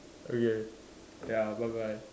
okay ya bye bye